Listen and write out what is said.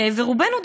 ורובנו,